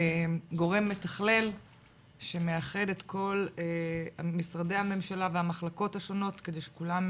גורם מתחלל שמאחד את כל משרדי הממשלה והמחלקות השונות כדי שכולם,